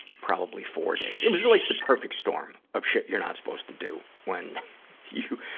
probably four days. it was like the perfect storm of shit you're not supposed to do when you,